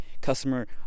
customer